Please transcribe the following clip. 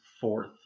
fourth